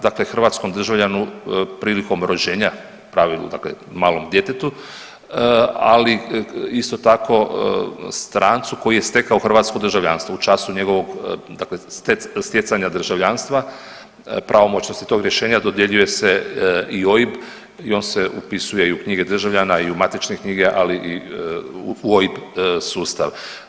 Dakle, hrvatskom državljanu prilikom rođenja u pravilu dakle malom djetetu, ali isto tako strancu koji je stekao hrvatsko državljanstvo u času njegovog dakle stjecanja državljanstva, pravomoćnosti tog rješenja dodjeljuje se i OIB i on se upisuje i u knjige državljana i u matične knjige ali i u OIB sustav.